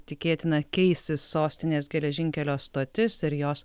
tikėtina keisis sostinės geležinkelio stotis ir jos